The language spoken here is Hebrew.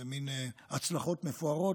הצלחות מפוארות.